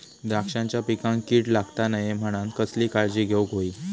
द्राक्षांच्या पिकांक कीड लागता नये म्हणान कसली काळजी घेऊक होई?